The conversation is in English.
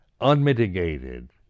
unmitigated